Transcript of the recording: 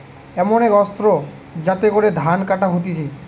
এমন এক অস্ত্র যাতে করে ধান কাটা হতিছে